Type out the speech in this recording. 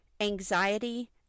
anxiety